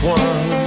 one